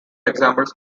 examples